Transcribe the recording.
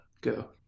go